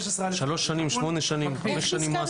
שלוש שנים, שמונה שנים, חמש שנים מאסר.